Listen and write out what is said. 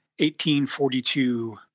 1842